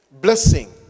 blessing